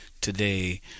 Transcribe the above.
today